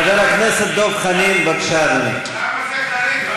חבר הכנסת דב חנין, בבקשה, אדוני.